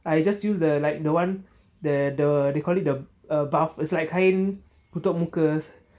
I just use the kain like the one the the they call it the kain untuk muka